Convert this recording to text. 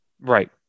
Right